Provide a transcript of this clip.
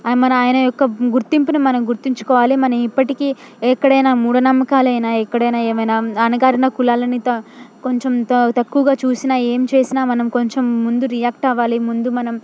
మన ఆయన యొక్క గు గుర్తింపుని మనం గుర్తుంచుకోవాలి మనం ఇప్పటికీ ఎక్కడ అయిన మూఢ నమ్మకాలు అయిన ఎక్కడ అయినా ఏమైనా అణగారిన కులాలని త కొంచెం తా తక్కువగా చూసినా ఏం చేసినా మనం కొంచెం ముందు రియాక్ట్ అవ్వాలి ముందు మనం